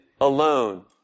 alone